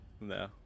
No